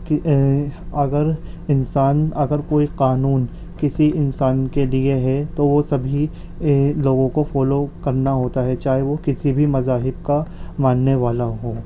اگر انسان اگر کوئی قانون کسی انسان کے لیے ہے تو وہ سبھی لوگوں کو فالو کرنا ہوتا ہے چاہے وہ کسی بھی مذاہب کا ماننے والا ہو